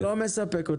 הסברה זה לא מספק אותנו.